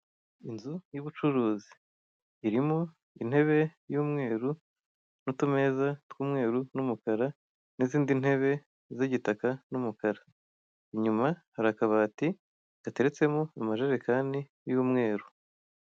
Inzu y'ubucuruzi irimo intebe y'umweru n'utumeza tw'umweru n'umukara n'izindi ntebe z'igitaka n'umukara, inyuma hari akabati gateretsemo amajerekani y'umweru.